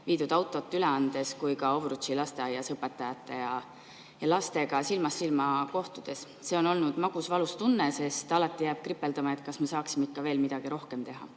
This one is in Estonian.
viidud autot üle andes kui ka Ovrutši lasteaias õpetajate ja lastega silmast silma kohtudes. See on olnud magusvalus tunne, sest alati jääb kripeldama, et kas me saaksime veel midagi rohkem teha.